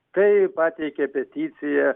tai pateikė peticiją